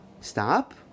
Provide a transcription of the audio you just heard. stop